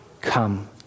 Come